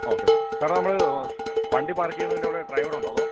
okay സാറേ സാറേ നമ്മള് വണ്ടി പാർക്ക് ചെയ്യുന്നതിന്റെ ഡ്രൈവർ ഉണ്ടോ അതോ